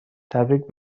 تبریک